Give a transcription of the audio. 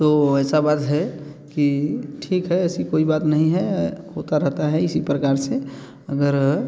तो ऐसी बात है कि ठीक है ऐसी कोई बात नहीं है होता रहता है इसी प्रकार से अगर